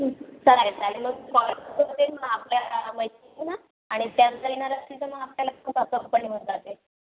चालेल चालेल मग आपल्या मैत्रिणींना आणि त्या जर येणार असतील तर मग आपल्याला कंपनी मिळून जाते